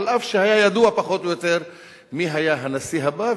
אף שהיה ידוע פחות או יותר מי יהיו הנשיא הבא,